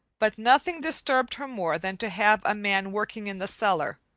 but nothing disturbed her more than to have a man working in the cellar,